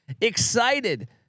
excited